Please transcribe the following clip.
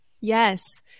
Yes